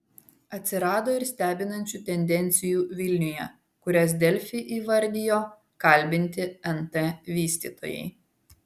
atsirado ir stebinančių tendencijų vilniuje kurias delfi įvardijo kalbinti nt vystytojai